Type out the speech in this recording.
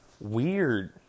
weird